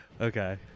Okay